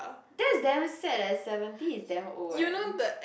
that's damn sad eh seventy is damn old eh